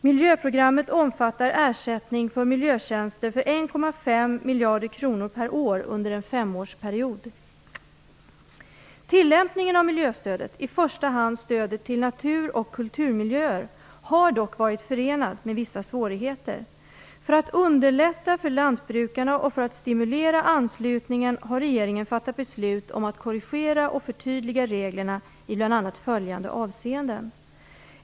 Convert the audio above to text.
Miljöprogrammet omfattar ersättning för miljötjänster för 1,5 miljarder kronor per år under en femårsperiod. Tillämpningen av miljöstödet, i första hand stödet till natur och kulturmiljöer, har dock varit förenad med vissa svårigheter. För att underlätta för lantbrukarna och för att stimulera anslutningen har regeringen fattat beslut om att korrigera och förtydliga reglerna i bl.a. följande avseenden.